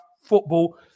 football